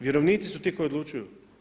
Vjerovnici su ti koji odlučuju.